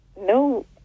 No